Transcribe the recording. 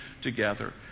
together